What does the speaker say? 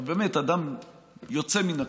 אדם יוצא מן הכלל,